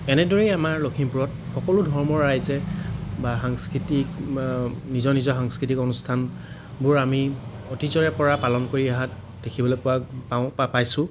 এনেদৰেই আমাৰ লখিমপুৰত সকলো ধৰ্মৰ ৰাইজে বা সাংস্কৃতিক নিজৰ নিজৰ সাংস্কৃতিক অনুষ্ঠানবোৰ আমি অতীজৰে পৰা পালন কৰি অহাত দেখিবলৈ পোৱা পাওঁ বা পাইছোঁ